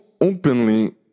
openly